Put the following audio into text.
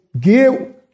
give